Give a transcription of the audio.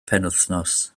penwythnos